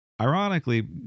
ironically